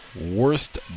worst